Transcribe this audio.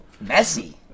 Messy